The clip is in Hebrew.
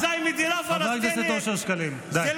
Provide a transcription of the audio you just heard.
אבל חשבנו שכבר יש אפרטהייד.